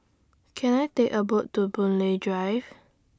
Can I Take A boot to Boon Lay Drive